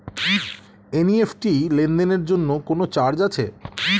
NEFT লেনদেনের জন্য কোন চার্জ আছে?